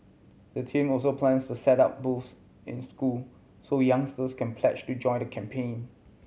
the team also plans to set up booths in schools so youngsters can pledge to join the campaign